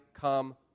come